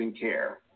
care